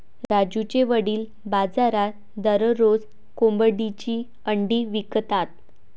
राजूचे वडील बाजारात दररोज कोंबडीची अंडी विकतात